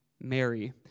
Mary